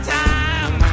time